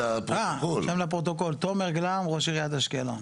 אני ראש עיריית אשקלון.